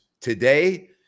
Today